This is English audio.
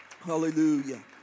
Hallelujah